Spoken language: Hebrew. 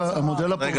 הבילוי.